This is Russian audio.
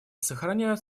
сохраняют